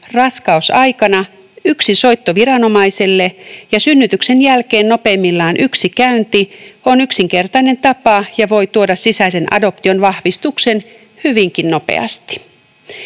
raskausaikana yksi soitto viranomaiselle ja synnytyksen jälkeen nopeimmillaan yksi käynti on yksinkertainen tapa ja voi tuoda sisäisen adoption vahvistuksen hyvinkin nopeasti.